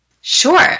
Sure